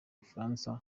bufaransa